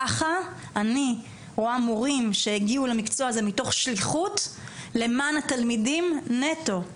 ככה אני רואה מורים שהגיעו למקצוע הזה מתוך שליחות למען התלמידים נטו.